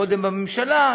קודם בממשלה,